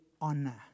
honor